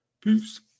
Peace